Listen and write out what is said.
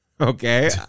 Okay